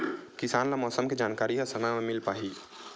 किसान ल मौसम के जानकारी ह समय म मिल पाही?